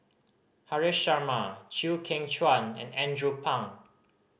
Haresh Sharma Chew Kheng Chuan and Andrew Phang